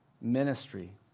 ministry